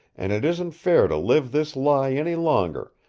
and it isn't fair to live this lie any longer,